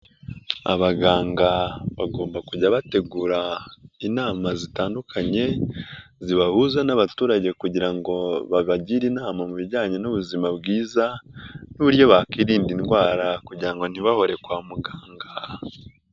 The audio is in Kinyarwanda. Abaganga bagomba kujya bategura inama zitandukanye, zibahuza n'abaturage kugira ngo babagire inama mu bijyanye n'ubuzima bwiza, n'uburyo bakwirinda indwara kugira ngo ntibahore kwa muganga.